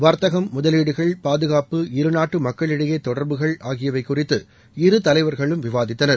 வர்த்தகம் முதலீடுகள் பாதுகாப்பு இருநாட்டு மக்களிடையே தொடர்புகள் ஆகியவை குறித்து இரு தலைவர்களும் விவாதித்தனர்